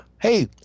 hey